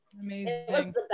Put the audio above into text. amazing